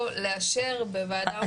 או לאשר בוועדה ההומניטארית על מנת